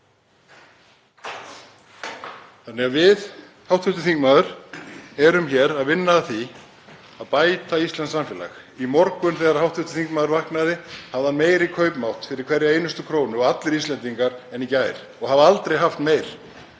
Þannig að við, hv. þingmaður, erum hér að vinna að því að bæta íslenskt samfélag. Í morgun þegar hv. þingmaður vaknaði hafði hann meiri kaupmátt fyrir hverja einustu krónu, og allir Íslendingar, en í gær og hefur aldrei haft meiri.